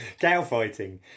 Cowfighting